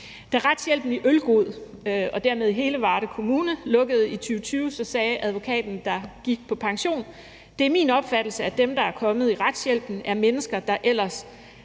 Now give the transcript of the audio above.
Da retshjælpen i Ølgod og dermed også i hele Varde Kommune lukkede i 2020, sagde advokaten, der gik på pension: Det er min opfattelse, at dem, der er kommet i retshjælpen, er mennesker, der ellers